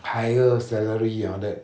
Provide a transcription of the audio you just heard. higher salary and all that